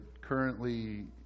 currently